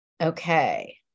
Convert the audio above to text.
Okay